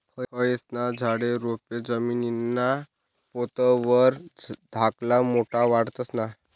फयेस्ना झाडे, रोपे जमीनना पोत वर धाकला मोठा वाढतंस ना?